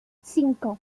cinco